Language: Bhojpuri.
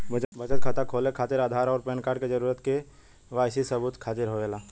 बचत खाता खोले खातिर आधार और पैनकार्ड क जरूरत के वाइ सी सबूत खातिर होवेला